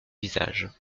visage